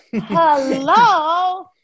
Hello